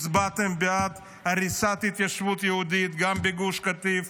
הצבעתם בעד הריסת התיישבות יהודית גם בגוש קטיף,